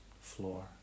floor